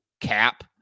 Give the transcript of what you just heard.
Cap